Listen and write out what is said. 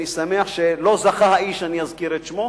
אני שמח שלא זכה האיש שאני אזכיר את שמו